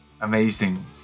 Amazing